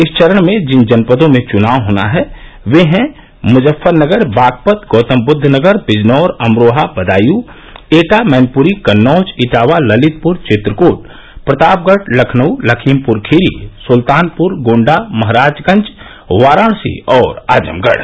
इस चरण में जिन जनपदों में चुनाव होना है वे है मुजफ्फरनगर बागपत गौतमबुद्द नगर बिजनौर अमरोहा बदायू एटा मैनपुरी कन्नौज इटावा ललितपुर चित्रकूट प्रतापगढ़ लखनऊ लखीमपुर खीरी सुल्तानपुर गोण्डा महराजगंज वाराणसी और आजमगढ़